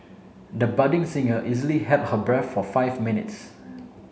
the budding singer easily held her breath for five minutes